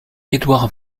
édouard